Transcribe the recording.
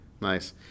nice